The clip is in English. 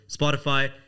Spotify